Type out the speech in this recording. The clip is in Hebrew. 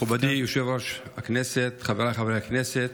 מכובדי יושב-ראש הכנסת, חבריי חברי הכנסת,